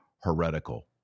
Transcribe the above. heretical